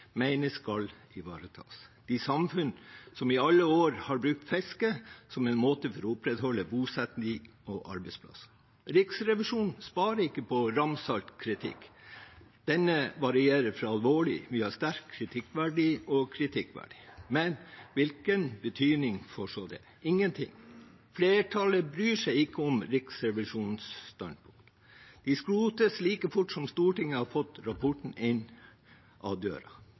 skal ivaretas, de samfunn som i alle år har brukt fisket som en måte å opprettholde bosetting og arbeidsplasser på. Riksrevisjonen sparer ikke på ramsalt kritikk. Denne varierer fra «alvorlig» via «sterkt kritikkverdig» og «kritikkverdig». Men hvilken betydning får så det? Ingenting. Flertallet bryr seg ikke om Riksrevisjonens standpunkt. Det skrotes like fort som Stortinget har fått rapporten inn døren. Med andre ord vil det bli enda mer tydelig at